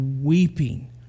weeping